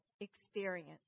experience